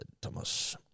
Thomas